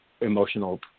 emotional